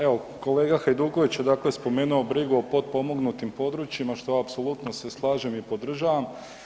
Evo kolega Hajduković je dakle spomenuo brigu o potpomognutim područjima, a što apsolutno se slažem i podržavam.